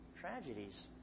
tragedies